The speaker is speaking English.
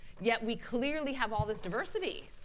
yet we clearly have all this diversity.